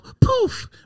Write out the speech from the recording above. poof